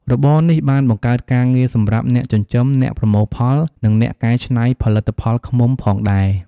របរនេះបានបង្កើតការងារសម្រាប់អ្នកចិញ្ចឹម អ្នកប្រមូលផល និងអ្នកកែច្នៃផលិតផលឃ្មុំផងដែរ។